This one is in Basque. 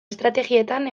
estrategietan